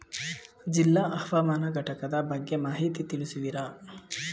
ಜಿಲ್ಲಾ ಹವಾಮಾನ ಘಟಕದ ಬಗ್ಗೆ ಮಾಹಿತಿ ತಿಳಿಸುವಿರಾ?